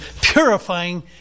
purifying